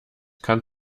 kann